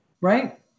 right